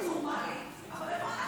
מלינובסקי, בבקשה.